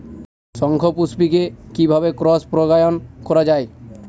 শঙ্খপুষ্পী কে কিভাবে ক্রস পরাগায়ন করা যায়?